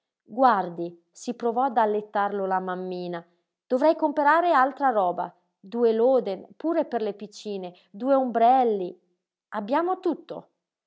guardi si provò ad allettarlo la mammina dovrei comperare altra roba due loden pure per le piccine due ombrelli abbiamo tutto